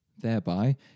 thereby